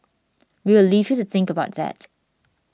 we will leave you to think about that